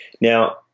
Now